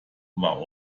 war